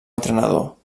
entrenador